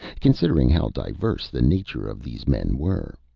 considering how diverse the nature of these men were.